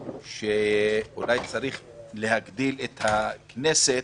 אמר שאולי צריך להגדיל את הכנסת.